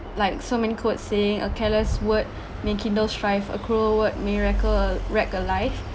like so many quotes saying a careless word may kindle strife a cruel word may wreckle a wreck a life